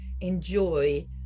enjoy